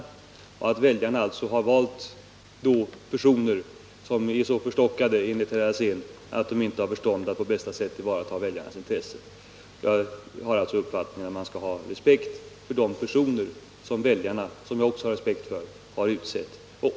Enligt herr Alsén skulle väljarna tydligen ha utsett personer som är så förstockade att de inte har förstånd att på bästa sätt ta till vara väljarnas intressen. Jag har alltså den uppfattningen att man skall ha respekt för de personer som väljarna, som jag också har respekt för, har utsett.